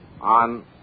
on